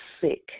sick